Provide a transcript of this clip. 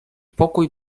pokój